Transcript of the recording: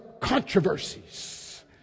controversies